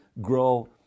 grow